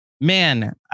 man